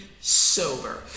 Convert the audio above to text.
sober